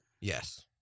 Yes